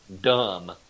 dumb